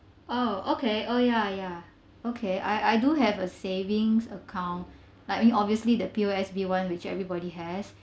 oh okay oh ya ya okay I I do have a savings account like I mean obviously the P_O_S_B one which everybody had